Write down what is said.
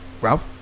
Ralph